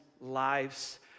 lives